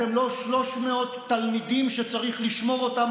אתם לא 300 תלמידים שצריך לשמור אותם